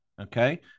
okay